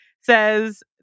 says